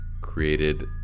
created